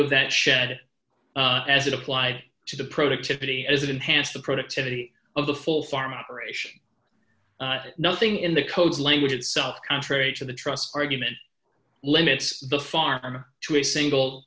of that shed as it applied to the productivity as it enhanced the productivity of the full farm operation nothing in the codes language itself contrary to the trust argument limits the farm to a single